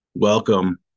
Welcome